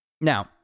Now